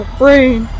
brain